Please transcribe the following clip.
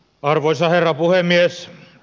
arvoisa herra puhemies